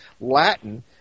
Latin